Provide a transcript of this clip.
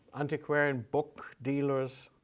antiquarian book dealers,